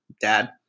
Dad